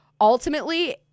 ultimately